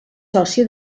sòcia